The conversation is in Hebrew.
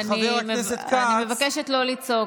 אני מבקשת לא לצעוק.